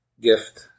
gift